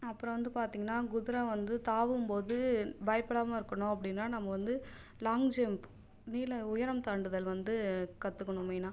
அப்புறம் வந்து பார்த்திங்கன்னா குதிரை வந்து தாவும் போது பயப்படாமல் இருக்கணும் அப்படினா நம்ம வந்து லாங் ஜம்ப் நீளம் உயரம் தாண்டுதல் வந்து கற்றுக்கணும் மெய்னாக